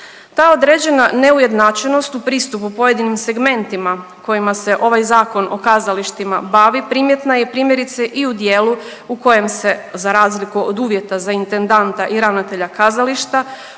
Ta određena neujednačenost u pristupu pojedinim segmentima kojima se ovaj Zakon o kazalištima bavi primjetna je i primjerice i u dijelu u kojem se za razliku od uvjeta za intendanta i ravnatelja kazališta